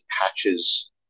patches